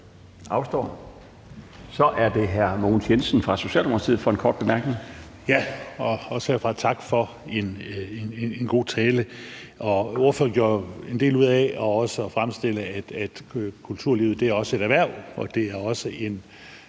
Så er det hr. Mogens Jensen fra Socialdemokratiet for en kort bemærkning.